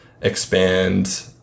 expand